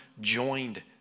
joined